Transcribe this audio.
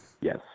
Yes